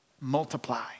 multiply